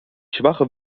schwache